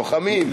לוחמים.